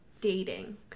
dating